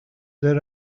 there